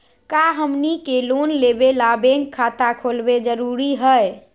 का हमनी के लोन लेबे ला बैंक खाता खोलबे जरुरी हई?